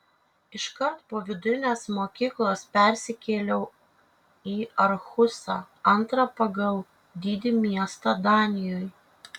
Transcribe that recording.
iškart po vidurinės mokyklos persikėliau į arhusą antrą pagal dydį miestą danijoje